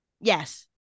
Yes